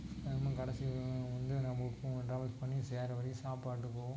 நம்ம கடைசியில் வந்து நம்ம எப்போவும் ட்ராவல்ஸ் பண்ணி சேர வர்றயும் சாப்பாட்டுக்கோ